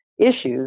issues